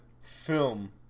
film